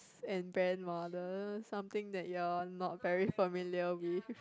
and grandmother something that you are not very familiar with